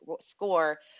score